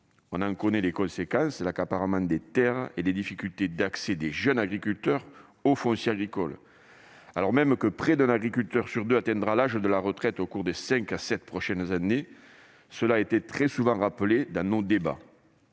On en connaît les conséquences : l'accaparement des terres et les difficultés d'accès des jeunes agriculteurs au foncier agricole, alors même que près d'un agriculteur sur deux atteindra l'âge de la retraite au cours des cinq à sept prochaines années, comme cela a été souvent rappelé dans nos débats.